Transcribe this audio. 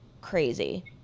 crazy